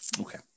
Okay